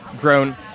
grown